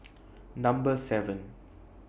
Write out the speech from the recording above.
Number seven